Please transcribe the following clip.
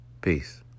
Peace